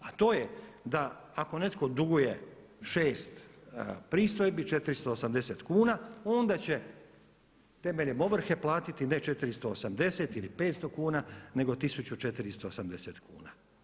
A to je da ako netko duguje 6 pristojbi, 480 kuna onda će temeljem ovrhe platiti ne 480 ili 500 kuna nego 1480 kuna.